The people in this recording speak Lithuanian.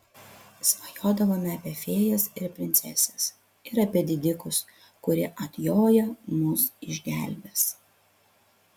svajodavome apie fėjas ir princeses ir apie didikus kurie atjoję mus išgelbės